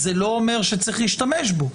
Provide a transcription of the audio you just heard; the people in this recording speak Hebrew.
זה לא אומר שצריך להשתמש בו,